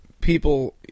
people